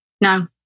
No